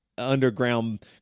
underground